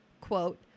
quote